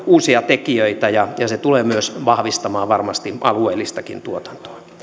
uusia tekijöitä ja se tulee myös vahvistamaan varmasti alueellistakin tuotantoa